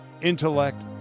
intellect